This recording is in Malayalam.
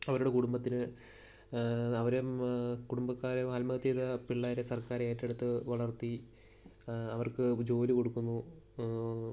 അവരുടെ കുടുംബത്തിന് അവർ കുടുംബക്കാരെ ആത്മഹത്യ ചെയ്ത പിള്ളേരെ സർക്കാരേറ്റെടുത്തു വളർത്തി അവർക്കു ജോലി കൊടുക്കുന്നു